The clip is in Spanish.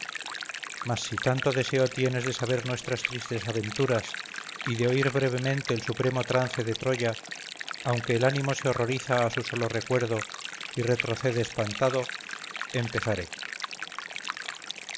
mas si tanto deseo tienes de saber nuestras tristes aventuras y de oír brevemente el supremo trance de troya aunque el ánimo se horroriza a su solo recuerdo y retrocede espantado empezaré